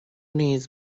نیز